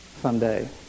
someday